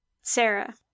Sarah